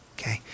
okay